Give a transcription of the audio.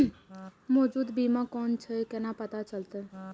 मौजूद बीमा कोन छे केना पता चलते?